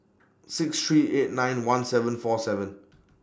six three eight nine one seven four seven